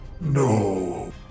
No